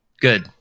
good